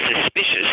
suspicious